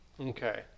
Okay